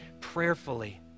prayerfully